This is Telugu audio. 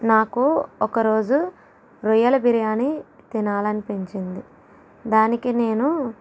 నాకు ఒక రోజు రొయ్యల బిర్యానీ తినాలని అనిపించింది దానికి నేను